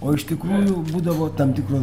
o iš tikrųjų būdavo tam tikras